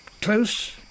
Close